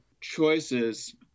choices